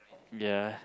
ya